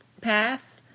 path